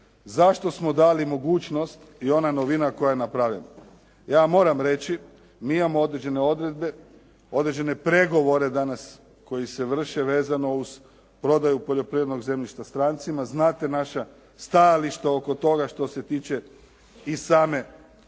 Zašto smo dali mogućnost i ona novina koja je napravljena. Ja vam moram reći mi imamo određene odredbe, određene pregovore danas koji se vrše vezano uz prodaju poljoprivrednog zemljišta strancima. Znate naša stajališta oko toga što se tiče i same